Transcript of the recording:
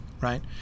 right